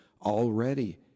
already